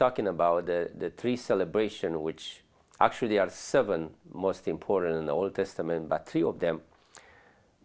talking about the three celebration which actually are seven most important in the old testament but three of them